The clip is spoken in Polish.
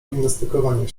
gimnastykowania